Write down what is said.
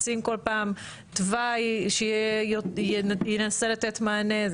מציעים כל פעם תוואי שינסה לתת מענה.